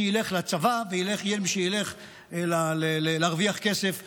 שילך לצבא ויהיה מי שילך להרוויח כסף בחוץ.